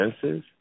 senses